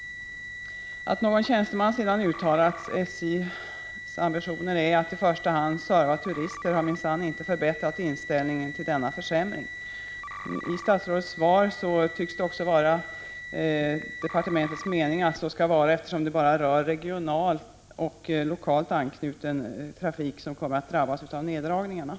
Att någon tjänsteman sedan uttalar att SJ:s ambitioner är att i första hand serva turister har minsann inte förbättrat inställningen till denna försämring. Att döma av statsrådets svar tycks det också vara departementets mening att så skall vara, eftersom bara regionalt och lokalt anknuten trafik kommer att drabbas av neddragningarna.